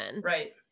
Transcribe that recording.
Right